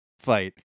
fight